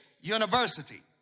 University